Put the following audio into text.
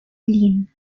lynn